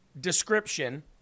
description